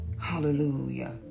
hallelujah